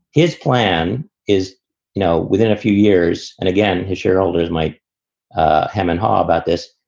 his plan is, you know, within a few years and again, his shareholders might hem and haw about this,